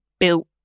built